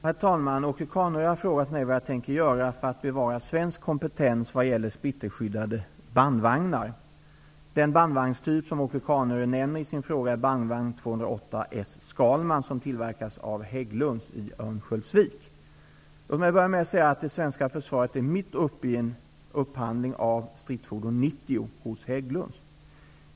Herr talman! Åke Carnerö har frågat mig vad jag tänker göra för att bevara svensk kompetens vad gäller splitterskyddade bandvagnar. Den bandvagnstyp som Åke Carnerö nämner i sin fråga är bandvagn 208 S Skalman, som tillverkas av Låt mig börja med att säga att det svenska försvaret är mitt uppe i en upphandling av stridsfordon 90 hos Hägglunds.